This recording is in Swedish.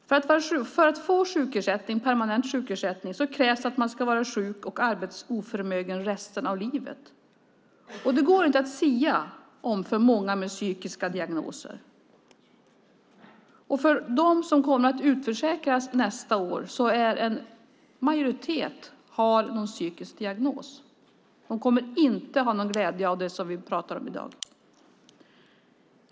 För att få permanent sjukersättning krävs det att man ska vara sjuk och arbetsoförmögen resten av livet. Det går inte att sia om det för många med psykiska diagnoser. Bland dem som kommer att utförsäkras nästa år har en majoritet någon psykisk diagnos. De kommer inte att ha någon glädje av det som vi pratar om i dag.